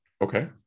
Okay